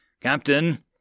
Captain